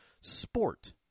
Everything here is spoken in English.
Sport